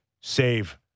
save